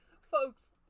folks